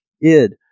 Id